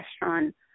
restaurant –